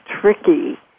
tricky